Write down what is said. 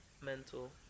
Mental